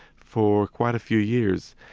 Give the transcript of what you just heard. for quite a few years.